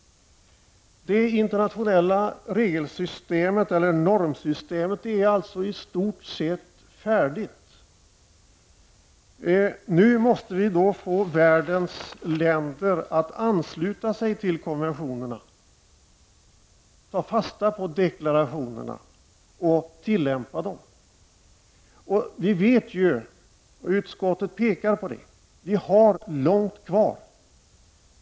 Det internationella normsystemet är alltså i stort sett färdigt. Nu måste vi få världens länder att ansluta sig till konventionerna, ta fasta på deklarationerna och tillämpa dem. Vi har ju, vilket utskottet har pekat på, långt kvar.